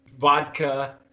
vodka